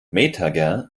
metager